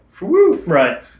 Right